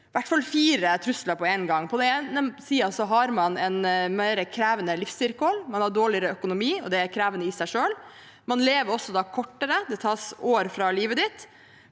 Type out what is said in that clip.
i hvert fall fire trusler på en gang. På den ene siden har man mer krevende livsvilkår, man har dårligere økonomi, og det er krevende i seg selv. Man lever også kortere, det tas år fra livet ditt.